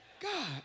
God